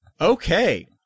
Okay